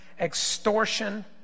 extortion